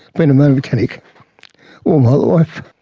being a motor mechanic all my life,